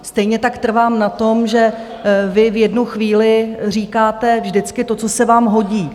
Stejně tak trvám na tom, že vy v jednu chvíli říkáte vždycky to, co se vám hodí.